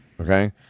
Okay